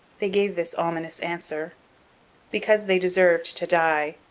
they gave this ominous answer because they deserved to die